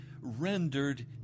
rendered